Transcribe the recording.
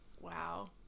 Wow